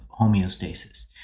homeostasis